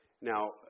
Now